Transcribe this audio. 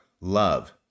love